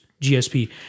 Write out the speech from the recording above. gsp